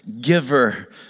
giver